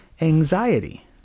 anxiety